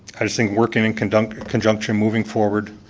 i just think working in conjunction conjunction moving forward,